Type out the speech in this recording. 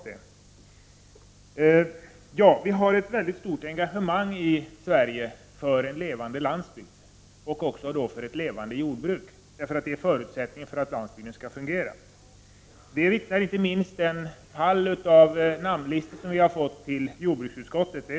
I Sverige har vi ett mycket stort engagemang för en levande landsbygd. Vi har också ett engagemang för ett levande jordbruk, eftersom det är förutsättningen för att landsbygden skall fungera. Det vittnar inte minst den pall med namnlistor om som vi har fått till jordbruksutskottet.